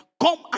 Come